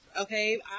Okay